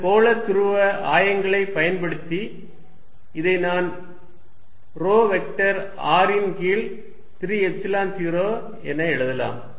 இந்த கோள துருவ ஆயங்களை பயன்படுத்தி இதை நான் ρ வெக்டர் r இன் கீழ் 3 எப்சிலன் 0 என எழுதலாம்